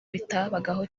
bitabagaho